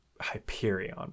Hyperion